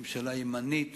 ממשלה ימנית,